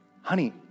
honey